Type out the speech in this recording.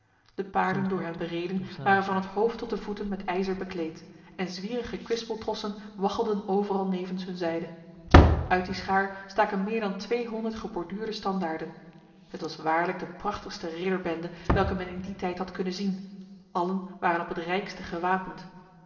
de paarden door hen bereden waren van het hoofd tot de voeten met ijzer bekleed en zwierige kwispeltrossen waggelden overal nevens hun zijde uit die schaar staken meer dan tweehonderd geborduurde standaarden het was waarlijk de prachtigste ridderbende welke men in die tijd had kunnen zien allen waren op het rijkste gewapend